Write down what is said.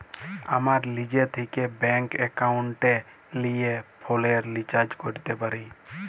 আমরা লিজে থ্যাকে ব্যাংক একাউলটে লিয়ে ফোলের রিচাজ ক্যরতে পারি